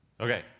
Okay